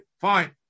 fine